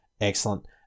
Excellent